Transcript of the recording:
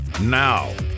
Now